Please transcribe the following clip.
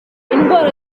indwara